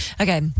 okay